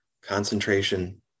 concentration